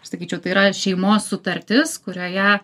aš sakyčiau tai yra šeimos sutartis kurioje